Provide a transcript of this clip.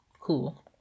cool